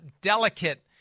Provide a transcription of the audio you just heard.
delicate